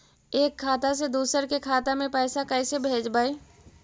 एक खाता से दुसर के खाता में पैसा कैसे भेजबइ?